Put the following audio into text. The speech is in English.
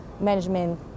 management